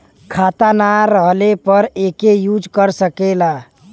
खाता ना रहले पर एके यूज कर सकेला